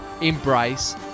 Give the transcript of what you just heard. embrace